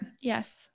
Yes